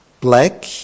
Black